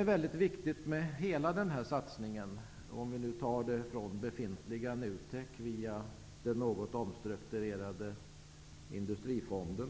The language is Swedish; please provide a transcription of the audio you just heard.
Något väldigt viktigt med hela denna satsning, som inbegriper det befintliga NUTEK, den något omstrukturerade Industrifonden,